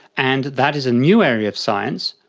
and that is a new area of science,